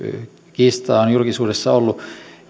kiistaa on julkisuudessa ollut